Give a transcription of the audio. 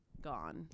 gone